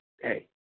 hey